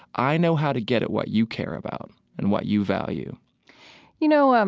i know how to get at what you care about and what you value you know, um